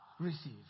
Receive